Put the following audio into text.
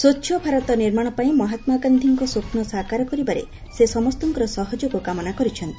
ସ୍ୱଚ୍ଛ ଭାରତ ନିର୍ମାଣ ପାଇଁ ମହାତ୍ମା ଗାନ୍ଧୀଙ୍କ ସ୍ୱପ୍ନ ସାକାର କରିବାରେ ସେ ସମସ୍ତଙ୍କ ସହଯୋଗ କାମନା କରିଛନ୍ତି